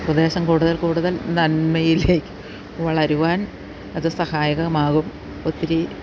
പ്രദേശം കൂടുതൽ കൂടുതൽ നന്മയിലേക്ക് വളരുവാൻ അത് സഹായകമാകും ഒത്തിരി